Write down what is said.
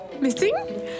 Missing